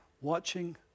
watching